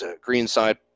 greenside